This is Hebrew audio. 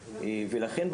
ולכן,